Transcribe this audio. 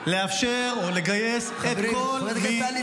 לאפשר או לגייס את כל --- חברת הכנסת טלי,